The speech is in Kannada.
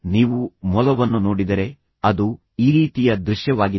ನೀವು ಬಾತುಕೋಳಿಗಳನ್ನು ನೋಡಿದರೆ ಇದು ಅದರ ಕೊಕ್ಕಾಗುತ್ತದೆ ಮತ್ತು ಇದು ಅದರ ಬಾಲವಾಗುತ್ತದೆ